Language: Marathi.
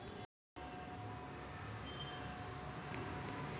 सामाजिक योजनेचा फायदा घ्यासाठी मले काय लागन?